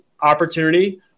opportunity